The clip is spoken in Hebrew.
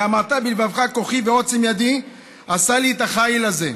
"ואמרת בלבבך כֹחי ועֹצם ידי עשה לי את החיל הזה".